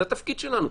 זה התפקיד שלנו.